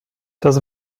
das